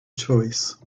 choice